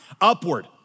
Upward